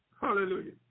Hallelujah